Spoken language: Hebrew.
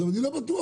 אני לא בטוח,